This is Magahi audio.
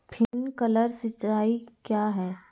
प्रिंक्लर सिंचाई क्या है?